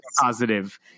positive